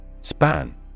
Span